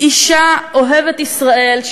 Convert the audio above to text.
אישה אוהבת ישראל,